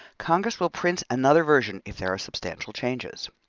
congress will print another version if there are substantial changes,